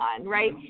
right